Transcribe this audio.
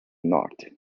knocked